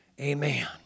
Amen